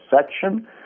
section